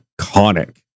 iconic